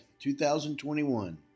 2021